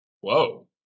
Whoa